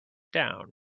down